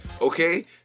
okay